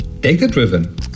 Data-driven